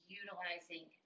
utilizing